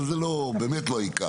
אבל זה במאת לא העיקר.